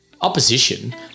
Opposition